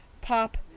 pop